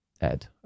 Ed